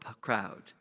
crowd